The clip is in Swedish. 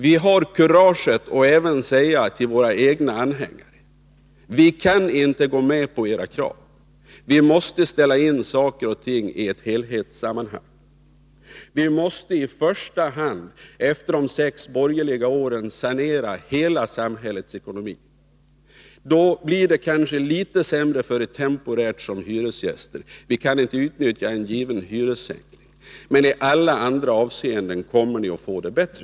Vi har kuraget att även säga till våra egna anhängare: Vi kan inte gå med på era krav, vi måste sätta in saker och ting i ett helhetssammanhang, vi måste i första hand efter de sex borgerliga åren sanera hela samhällets ekonomi, och då blir det kanske litet sämre temporärt för er som hyresgäster — vi kan inte utnyttja en given hyressänkning — men i alla andra avseenden kommer ni att få det bättre.